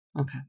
Okay